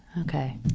Okay